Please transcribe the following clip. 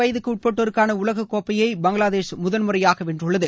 வயதுக்கு உட்பட்டோருக்கான உலகக்கோப்பையை பங்களாதேஷ் முதன்முறையாக வென்றுள்ளது